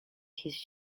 his